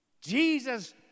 Jesus